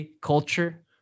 culture